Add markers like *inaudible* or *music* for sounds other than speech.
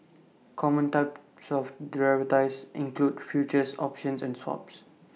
common types of derivatives include futures options and swaps *noise*